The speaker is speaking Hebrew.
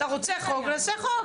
אתה רוצה חוק, נעשה חוק.